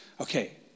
Okay